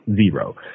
Zero